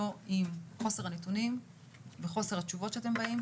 לא עם חוסר הנתונים וחוסר התשובות שאתם באים.